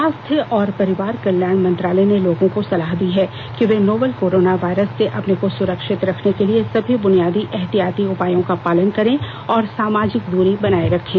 स्वास्थ्य और परिवार कल्याण मंत्रालय ने लोगों को सलाह दी है कि वे नोवल कोरोना वायरस से अपने को सुरक्षित रखने के लिए सभी बुनियादी एहतियाती उपायों का पालन करें और सामाजिक दूरी बनाए रखें